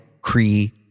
Cree